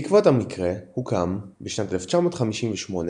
בעקבות המקרה הוקם, בשנת 1958,